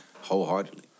wholeheartedly